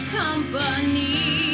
company